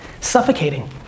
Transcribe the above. suffocating